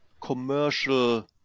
commercial